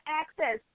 access